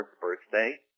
birthday